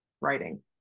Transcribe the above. writing